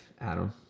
Adam